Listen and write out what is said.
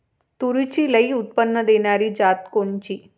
तूरीची लई उत्पन्न देणारी जात कोनची?